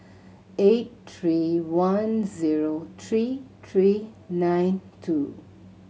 eight three one zero three three nine two